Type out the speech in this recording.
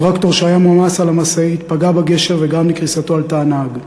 טרקטור שהיה מועמס על המשאית פגע בגשר וגרם לקריסתו על תא הנהג.